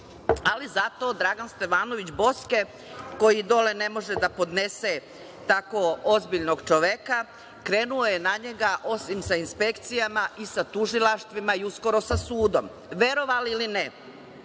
ali zato Dragan Stevanović Boske koji dole ne može da podnese tako ozbiljnog čoveka krenuo je na njega, osim sa inspekcijama, i sa tužilaštvima i sa sudom. Verovali ili ne,